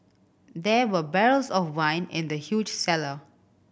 there were barrels of wine in the huge cellar